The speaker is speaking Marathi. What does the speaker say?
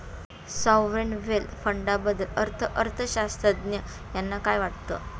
सॉव्हरेन वेल्थ फंडाबद्दल अर्थअर्थशास्त्रज्ञ यांना काय वाटतं?